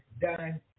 done